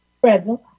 Present